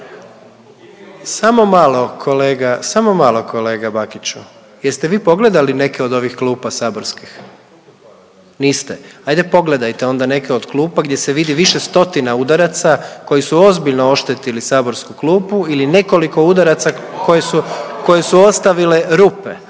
Samo malo kolega, samo malo kolega Bakiću, jeste vi pogledali neke od ovih klupa saborskih? …/Upadica iz klupe se ne razumije./… Niste? Ajde pogledajte onda neke od klupa gdje se vidi više stotina udaraca koji su ozbiljno oštetili saborsku klupu ili nekoliko udaraca koje su, koje su ostavile rupe,